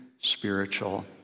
spiritual